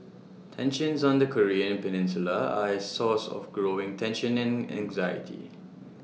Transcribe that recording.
tensions on the Korean peninsula are A source of growing tension and anxiety